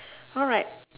alright